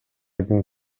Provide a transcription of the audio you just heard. күн